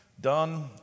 done